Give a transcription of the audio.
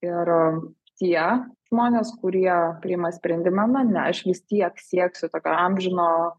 ir tie žmonės kurie priima sprendimą na ne aš vis tiek sieksiu tokio amžino